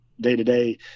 day-to-day